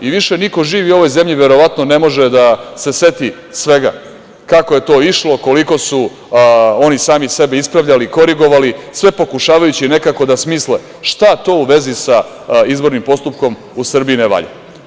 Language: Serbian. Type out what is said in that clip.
I više niko živi u ovoj zemlji verovatno ne može da se seti svega, kako je to išlo, koliko su oni sami sebe ispravljali i korigovali, sve pokušavajući nekako da smisle šta to u vezi sa izbornim postupkom u Srbiji ne valja.